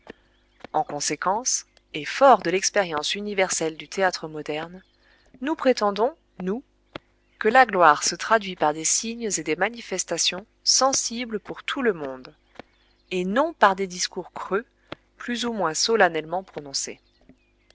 en conséquence et forts de l'expérience universelle du théâtre moderne nous prétendons nous que la gloire se traduit par des signes et des manifestations sensibles pour tout le monde et non par des discours creux plus ou moins solennellement prononcés